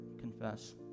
confess